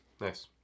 Nice